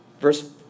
Verse